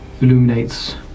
illuminates